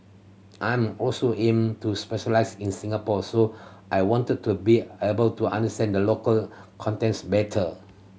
I'm also aim to specialise in Singapore so I wanted to be able to understand the local context better